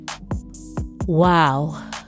Wow